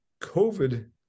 COVID